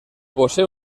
posee